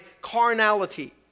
carnality